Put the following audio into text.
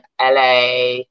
LA